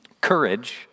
courage